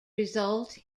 result